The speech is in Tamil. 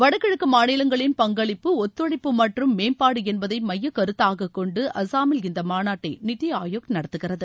வடகிழக்கு மாநிலங்களின் பங்களிப்பு ஒத்துழைப்பு மற்றும் மேம்பாடு என்பதை மைய கருத்தாக கொண்டு அசாமில் இந்த மாநாட்டை நித்தி ஆயோக் நடத்துகிறது